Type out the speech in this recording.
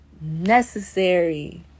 necessary